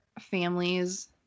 families